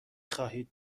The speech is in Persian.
خواهید